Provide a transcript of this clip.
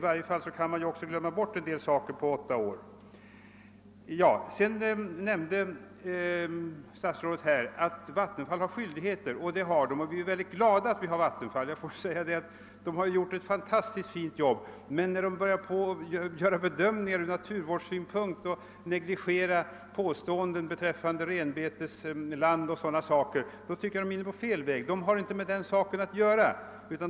Dessutom kan vi ju ha hunnit glömma bort en del saker på åtta år. Statsrådet säger att Vattenfall har skyldigheter. Ja, det har verket, och vi är mycket glada över att vi har det — tjänstemännen i verket har gjort ett fantastiskt fint jobb. Men när de börjar göra bedömningar från naturvårdssynpunkt, när de negligerar påståenden beträffande renbetesland etc. är de in ne på fel väg — sådana saker har de inte med att göra.